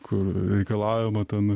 kur reikalaujama ten